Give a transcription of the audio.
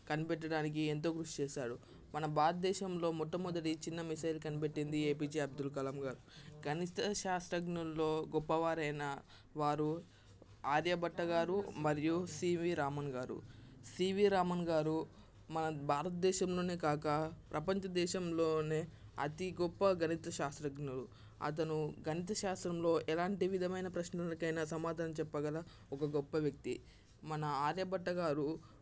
కనిపెట్టడానికి ఎంతో కృషి చేశాడు మన భారతదేశంలో మొట్టమొదటి చిన్న మిస్సైల్ కనిపెట్టింది ఏపీజే అబ్దుల్ కలాం గారు గణిత శాస్త్రజ్ఞులో గొప్పవారైన వారు ఆర్యభట్ట గారు మరియు సివి రామన్ గారు సివి రామన్ గారు మన భారతదేశంలోనే కాక ప్రపంచ దేశంలోనే అతి గొప్ప గణిత శాస్త్రజ్ఞులు అతను గణితశాస్త్రంలో ఎలాంటి విధమైన ప్రశ్నలకు అయినా సమాధానం చెప్పగల ఒక గొప్ప వ్యక్తి మన ఆర్యభట్ట గారు